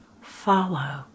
Follow